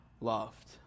loved